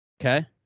Okay